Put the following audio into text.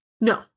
No